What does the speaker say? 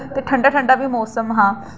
ते ठंडा ठंडा बी मौसम हा